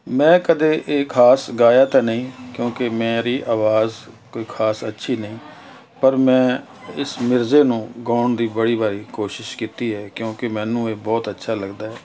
ਮੈਂ ਕਦੇ ਇਹ ਖ਼ਾਸ ਗਾਇਆ ਤਾਂ ਨਹੀਂ ਕਿਉਂਕਿ ਮੇਰੀ ਆਵਾਜ਼ ਕੋਈ ਖ਼ਾਸ ਅੱਛੀ ਨਹੀਂ ਪਰ ਮੈਂ ਇਸ ਮਿਰਜ਼ੇ ਨੂੰ ਗਾਉਣ ਦੀ ਬੜੀ ਵਾਰ ਕੋਸ਼ਿਸ਼ ਕੀਤੀ ਹੈ ਕਿਉਂਕਿ ਮੈਨੂੰ ਇਹ ਬਹੁਤ ਅੱਛਾ ਲੱਗਦਾ ਹੈ